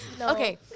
Okay